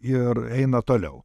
ir eina toliau